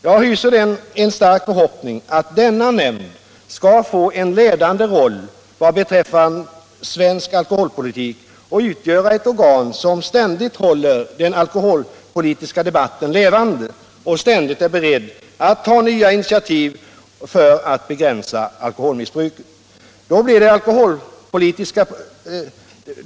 Jag hyser en stark förhoppning att denna nämnd skall få en ledande roll vad beträffar svensk alkoholpolitik och utgöra ett organ som ständigt håller den alkoholpolitiska debatten levande och ständigt är beredd att ta nya initiativ för att begränsa alkoholmissbruket.